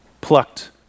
plucked